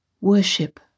Worship